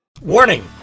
Warning